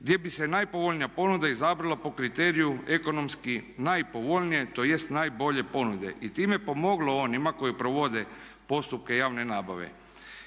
gdje bi se najpovoljnija ponuda izabrala po kriteriju ekonomski najpovoljnije, tj. najbolje ponude i time pomoglo onima koji provode postupke javne nabave.